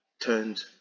turned